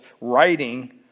writing